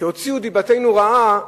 שהוציאו דיבתנו רעה,